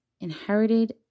inherited